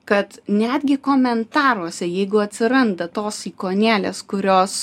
kad netgi komentaruose jeigu atsiranda tos ikonėlės kurios